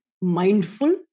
mindful